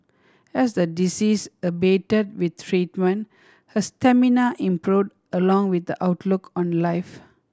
as the disease abated with treatment her stamina improved along with the outlook on life